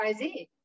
XYZ